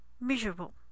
miserable